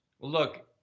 Look